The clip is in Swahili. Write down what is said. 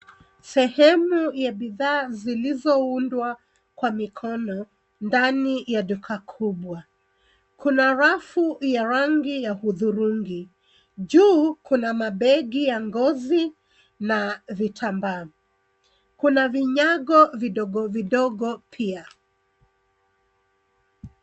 Sehemu ya bidhaa zilizoundwa kwa mikono, ndani ya duka kubwa. Kuna rafu ya rangi ya hudhurungi. Juu, kuna mabegi ya ngozi na vitambaa. Kuna vinyago vidogo vidogo, pia.